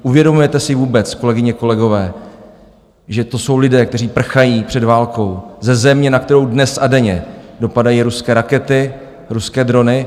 Uvědomujete si vůbec, kolegyně, kolegové, že to jsou lidé, kteří prchají před válkou ze země, na kterou dnes a denně dopadají ruské rakety, ruské drony?